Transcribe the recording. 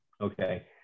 Okay